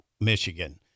Michigan